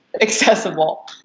accessible